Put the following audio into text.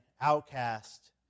outcast